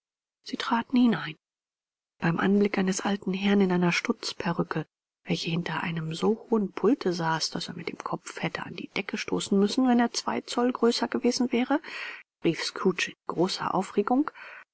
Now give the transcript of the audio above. sie traten hinein beim anblick eines alten herrn in einer stutzperücke welcher hinter einem so hohen pulte saß daß er mit dem kopf hätte an die decke stoßen müssen wenn er zwei zoll größer gewesen wäre rief scrooge in großer aufregung